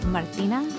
Martina